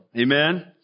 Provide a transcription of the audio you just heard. Amen